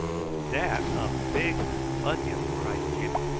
dat a big bunyip cried jimmy,